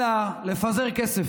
אלא לפזר כסף.